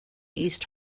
east